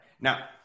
now